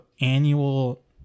annual